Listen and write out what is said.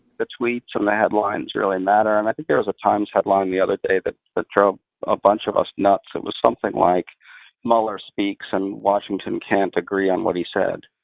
the tweets and the headlines really matter, and i think there is a times headline the other day that drove a bunch of us nuts. it was something like mueller speaks and washington can't agree on what he said.